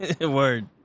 Word